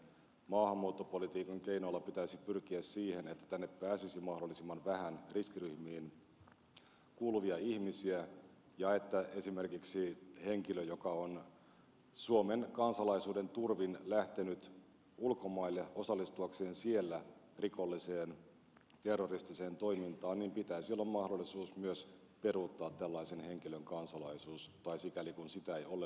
maahanmuuttopolitiikan keinoilla pitäisi pyrkiä siihen että tänne pääsisi mahdollisimman vähän riskiryhmiin kuuluvia ihmisiä ja että esimerkiksi sellaiselta henkilöltä joka on suomen kansalaisuuden turvin lähtenyt ulkomaille osallistuakseen siellä rikolliseen terroristiseen toimintaan pitäisi olla mahdollisuus myös peruuttaa kansalaisuus tai sikäli kuin sitä ei ole vähintään oleskelulupa suomeen